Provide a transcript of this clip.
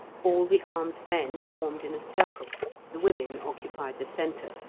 all the armed men formed in a circle the women occupied the centre.